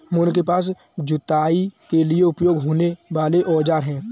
मोहन के पास जुताई के लिए प्रयोग होने वाले औज़ार है